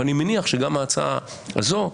אבל אני מניח שגם ההצעה הזאת כנראה,